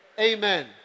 Amen